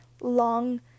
long